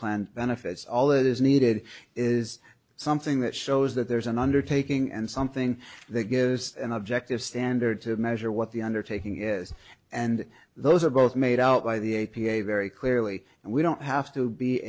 planned benefits all that is needed is something that shows that there is an undertaking and something that gives an objective standard to measure what the undertaking is and those are both made out by the a p a very clearly and we don't have to be